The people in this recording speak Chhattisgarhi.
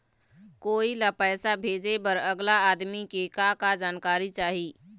कोई ला पैसा भेजे बर अगला आदमी के का का जानकारी चाही?